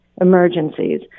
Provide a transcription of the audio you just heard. emergencies